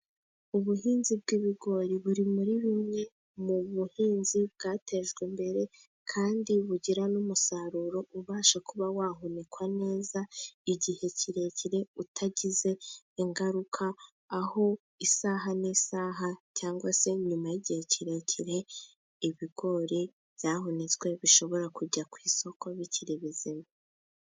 Ubuhinzi bw'ibigori buri muri bimwe mu buhinzi bwatejwe imbere, kandi bugira n'umusaruro ubasha kuba wahunikwa neza igihe kirekire, utagize ingaruka, aho isaha n'isaha cyangwa se nyuma y'igihe kirekire, ibigori byahunitswe bishobora kujya ku, isoko bikiri bizima.